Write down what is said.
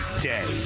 day